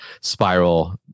spiral